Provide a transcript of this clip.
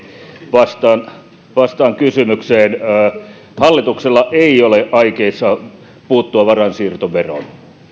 vastaan vastaan kysymykseen hallitus ei ole aikeissa puuttua varainsiirtoveroon